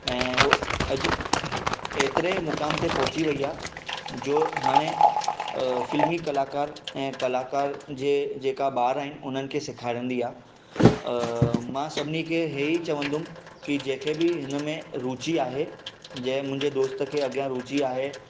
ऐं हूअ अॼु हे एतिरे मुकाम ते पहुची वेई आहे जो हाणे फ़िल्मी कलाकारु ऐं कलाकार जे जेका ॿार आहिनि उन्हनि खे सेखारींदी आहे मां सभिनि खे हे ई चवंदुमि की जंहिंखे बि हिन में रुची आहे जंहिं मुंहिंजे दोस्त खे अॻियां रुची आहे